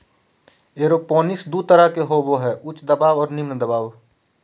aeroponics दू तरह के होबो हइ उच्च दबाव और निम्न दबाव